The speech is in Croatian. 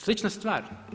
Slična stvar.